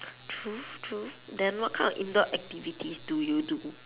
true true then what kind of indoor activities do you do